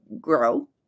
grow